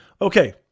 Okay